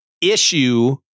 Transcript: issue